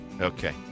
Okay